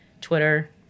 Twitter